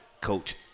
coach